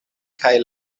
kaj